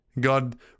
God